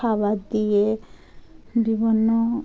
খাবার দিয়ে বিভিন্ন